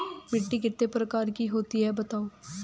मिट्टी कितने प्रकार की होती हैं बताओ?